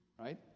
right